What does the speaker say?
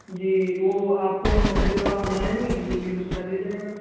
جی وہ آپ کو جب آپ یہاں آئیں گے جبھی بتلا دیا جائے گا